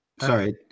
Sorry